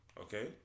okay